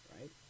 right